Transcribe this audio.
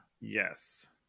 yes